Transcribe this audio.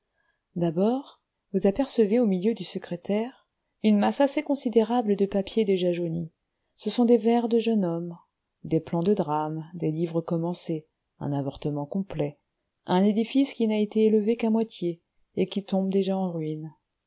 d'abord vous apercevez au milieu du secrétaire une masse assez considérable de papiers déjà jaunis ce sont des vers de jeune homme des plans de drames des livres commencés un avortement complet un édifice qui n'a été élevé qu'à moitié et qui tombe déjà en ruine